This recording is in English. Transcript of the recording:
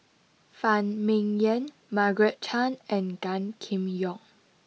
Phan Ming Yen Margaret Chan and Gan Kim Yong